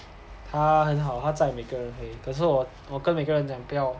他很好他载每个人回可是我我跟每个人讲不要